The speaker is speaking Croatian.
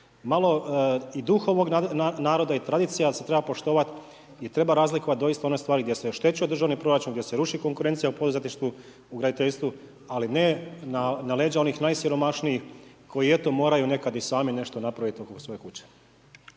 Malo i duh ovog naroda i tradicija se treba poštovati i treba razlikovati doista one stvari gdje se oštećuje državni proračun, gdje se ruši konkurencija u poduzetništvu, u graditeljsku ali ne na leđa onih najsiromašnijih koji eto moraju nekad i sami nešto napraviti oko svoje kuće.